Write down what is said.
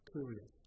Curious